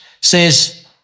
says